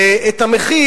ואת המחיר,